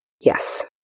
Yes